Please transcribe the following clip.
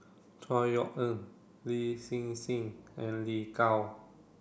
Chor Yeok Eng Lin Hsin Hsin and Lin Gao